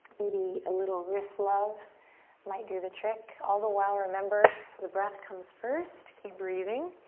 maybe a little wrist love might do the trick. all the while, remember the breath comes first. keep breathing.